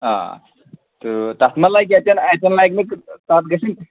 آ تہٕ تَتھ ما لَگہِ اَتٮ۪ن اَتٮ۪ن لَگہِ نہٕ تَتھ گژھِ نہ